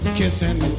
kissing